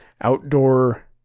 outdoor